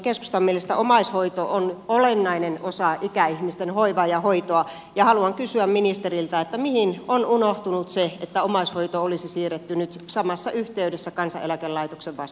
keskustan mielestä omaishoito on olennainen osa ikäihmisten hoivaa ja hoitoa ja haluan kysyä ministeriltä mihin on unohtunut se että omaishoito olisi siirretty nyt samassa yhteydessä kansaneläkelaitoksen vastattavaksi